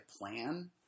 plan